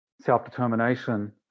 self-determination